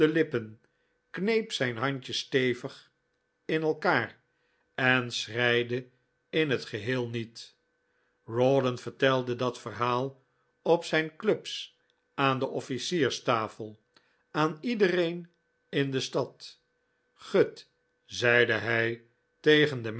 lippen kneep zijn handjes stevig in elkaar en schreide in het geheel niet rawdon vertelde dat verhaal op zijn clubs aan de offlcierstafel aan iedereen in de stad gut zeide hij tegen de